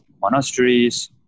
monasteries